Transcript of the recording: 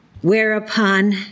Whereupon